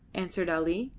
answered ali.